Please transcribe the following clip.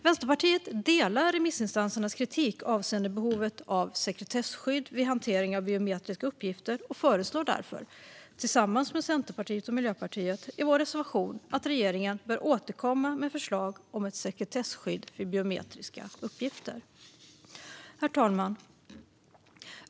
Vänsterpartiet delar remissinstansernas kritik avseende behovet av sekretesskydd vid hantering av biometriska uppgifter och föreslår därför, tillsammans med Centerpartiet och Miljöpartiet, i en reservation att regeringen ska återkomma med förslag om ett sekretesskydd för biometriska uppgifter. Herr talman!